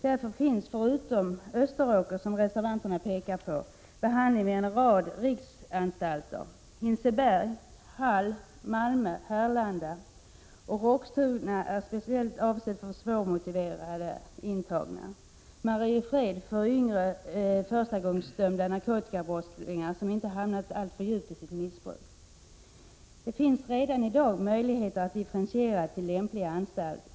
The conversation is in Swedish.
Därför finns, förutom vid Österåker, som reservanterna pekar på, behandling vid en rad riksanstalter: Hinseberg, Hall, Malmö, Härlanda, Roxtuna, som är speciellt avsedd för svårmotiverade intagna, och Mariefred, för yngre förstagångsdömda narkotikabrottslingar som inte hamnat alltför djupt i sitt missbruk. Det finns redan i dag möjligheter att differentiera till lämplig anstalt.